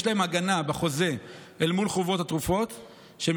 יש להם הגנה בחוזה אל מול חברות התרופות שהם